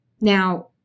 Now